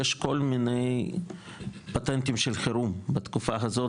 יש כל מיני פטנטים של חירום בתקופה הזאת,